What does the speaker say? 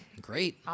Great